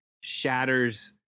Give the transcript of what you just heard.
shatters